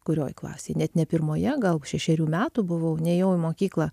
kurioj klasėj net ne pirmoje gal šešerių metų buvau nėjau į mokyklą